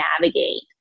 navigate